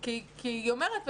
היא אומרת,